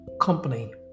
company